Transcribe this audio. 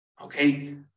Okay